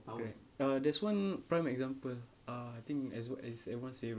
correct uh there's one prime example uh I think a~ is everyone's favourite